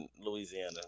Louisiana